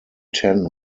ten